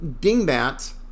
dingbats